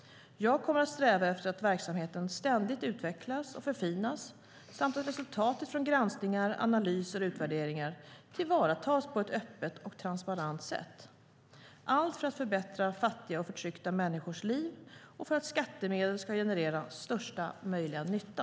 Jag kommer att sträva efter att verksamheten ständigt utvecklas och förfinas samt att resultatet från granskningar, analyser och utvärderingar tillvaratas på ett öppet och transparent sätt för att förbättra fattiga och förtryckta människors liv och för att skattemedel ska generera största möjliga nytta.